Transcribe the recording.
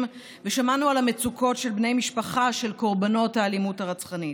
ושמענו על המצוקות של בני משפחה של קורבנות האלימות הרצחנית.